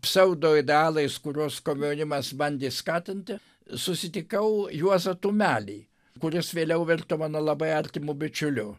pseaudo idealais kuriuos komjaunimas bandė skatinti susitikau juozą tumelį kuris vėliau virto mano labai artimu bičiuliu